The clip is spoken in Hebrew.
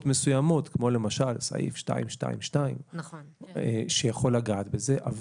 מסוימות כמו סעיף 222 שיכול לגעת בזה,